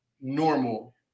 normal